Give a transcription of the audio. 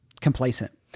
complacent